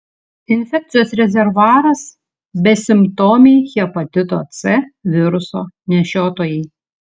infekcijos rezervuaras besimptomiai hepatito c viruso nešiotojai